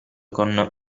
con